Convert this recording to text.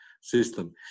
system